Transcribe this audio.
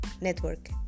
Network